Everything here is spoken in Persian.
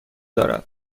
دارد